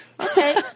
Okay